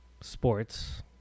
sports